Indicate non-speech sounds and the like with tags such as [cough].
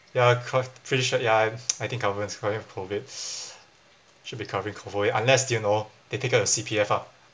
ya cause pretty sure ya [noise] I think government covering for COVID [breath] should be covering COVID unless the you know they take out your C_P_F ah